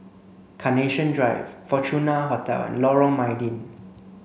Carnation Drive Fortuna Hotel and Lorong Mydin